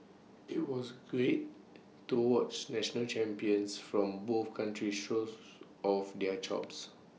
IT was great to watch national champions from both countries shows off their chops